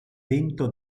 vento